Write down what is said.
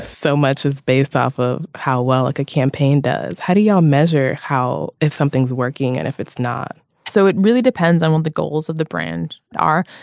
so much is based off of how well like a campaign does. how do you um measure how if something's working and if it's not so it really depends on what the goals of the brand are.